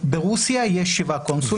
ברוסיה יש שבעה קונסולים.